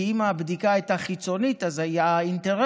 כי אם הבדיקה הייתה חיצונית, אז היו אינטרסים,